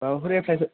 माबाफोर एप्लाइफोर